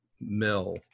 mill